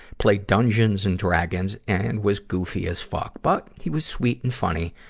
played dungeons and dragons, and was goofy as fuck. but, he was sweet and funny,